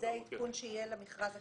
זה העדכון שיהיה למכרז הקרוב?